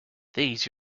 these